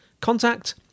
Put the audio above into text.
contact